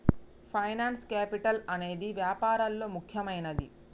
finance capital అనేదే వ్యాపారాల్లో ముఖ్యమైనది